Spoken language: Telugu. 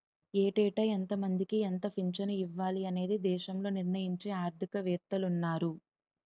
ఏటేటా ఎంతమందికి ఎంత పింఛను ఇవ్వాలి అనేది దేశంలో నిర్ణయించే ఆర్థిక వేత్తలున్నారు